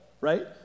right